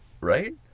right